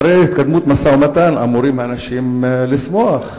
אחרי התקדמות במשא-ומתן אמורים אנשים לשמוח,